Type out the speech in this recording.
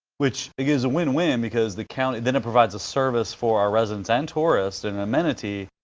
which it is a win-win because the county, then it provides a service for our residents and tourist and amenity,